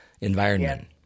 environment